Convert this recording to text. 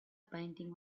painting